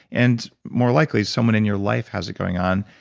and more likely, someone in your life has it going on,